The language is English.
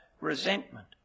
resentment